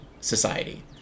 society